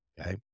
okay